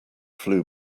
flew